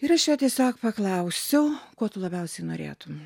ir aš jo tiesiog paklausiau ko tu labiausiai norėtumei